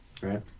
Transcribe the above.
right